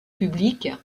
public